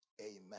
Amen